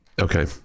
Okay